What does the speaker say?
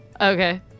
Okay